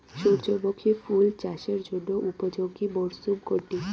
সূর্যমুখী ফুল চাষের জন্য উপযোগী মরসুম কোনটি?